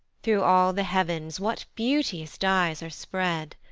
through all the heav'ns what beauteous dies are spread!